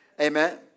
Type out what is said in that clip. Amen